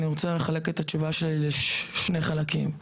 אני רוצה לחלק את התשובה שלי לשני חלקים.